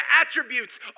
attributes